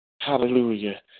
Hallelujah